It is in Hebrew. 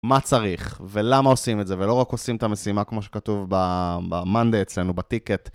מה צריך, ולמה עושים את זה, ולא רק עושים את המשימה כמו שכתוב ב-Monday אצלנו, בטיקט.